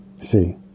See